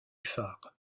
phare